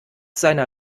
seiner